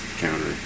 counter